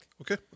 Okay